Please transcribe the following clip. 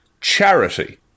charity